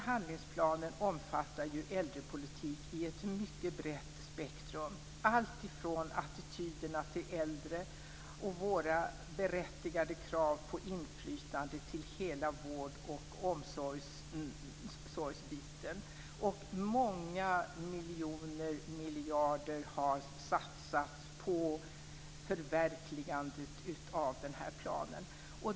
Handlingsplanen omfattar äldrepolitik i ett mycket brett spektrum - alltifrån attityderna till äldre och våra berättigade krav på inflytande till hela vård och omsorgsbiten. Många miljoner och miljarder har satsats på förverkligandet av planen.